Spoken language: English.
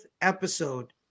episode